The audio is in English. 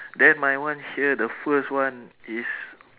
then my one here the first one is